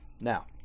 Now